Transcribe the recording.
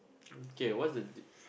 okay what's the di~